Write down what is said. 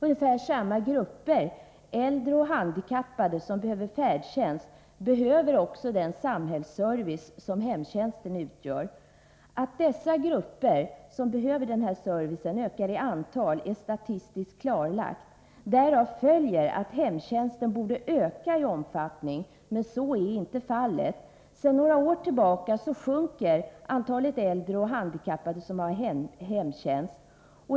Ungefär samma grupper, äldre och handikappade som behöver färdtjänst, behöver också den samhällsservice som hemtjänsten utgör. Att dessa grupper ökar i antal är statistiskt klarlagt. Därav följer att hemtjänsten borde öka i omfattning. Men så sker inte. Sedan några år tillbaka sjunker antalet äldre och handikappade med hemtjänst.